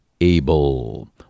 Abel